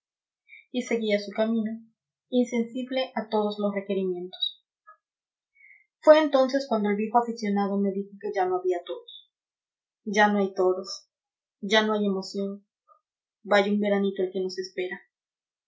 y seguía su camino insensible a todos los requerimientos fue entonces cuando el viejo aficionado me dijo que ya no había toros ya no hay toros ya no hay emoción vaya un veranito el que nos espera